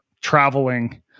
traveling